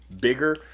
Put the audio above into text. bigger